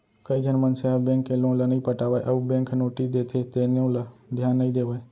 कइझन मनसे ह बेंक के लोन ल नइ पटावय अउ बेंक ह नोटिस देथे तेनो ल धियान नइ देवय